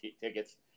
tickets